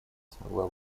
смогла